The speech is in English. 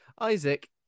Isaac